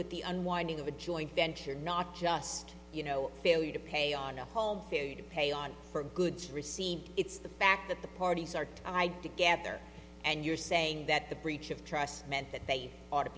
with the unwinding of a joint venture not just you know failure to pay on a home pay on for goods received it's the fact that the parties are i did get there and you're saying that the breach of trust meant that they ought to